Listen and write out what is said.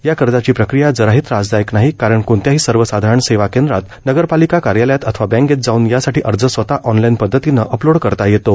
हया कर्जाची प्रक्रिया जराही त्रासदायक नाही कारण कोणत्याही सर्व साधारण सेवा केंद्रात नगरपालिका कार्यालयात अथवा बँकेत जाऊन यासाठी अर्ज स्वतः ऑनलाईन पध्दतीनं अपलोड करता येतो